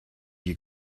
you